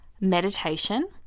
meditation